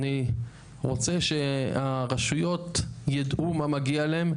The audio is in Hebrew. אני רוצה שהרשויות ידעו מה מגיע להם,